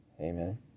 Amen